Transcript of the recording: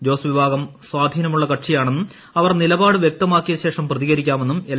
ജോസ്ട് വീഭാഗം സ്വാധീനമുള്ള കക്ഷിയാണെന്നും അവർ നില്പ്പാട് ്വ്യക്തമാക്കിയ ശേഷം പ്രതികരിക്കാമെന്നും എൽ